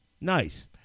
Nice